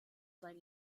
sein